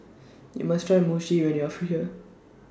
YOU must Try Mochi when YOU Are here